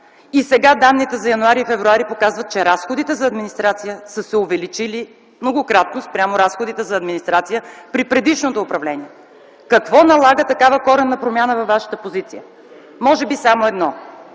И сега данните за м. януари и м. февруари показват, че разходите за администрацията са се увеличили многократно спрямо тези при предишното управление. Какво налага такава коренна промяна на вашата позиция? Може би само едно